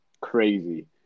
Crazy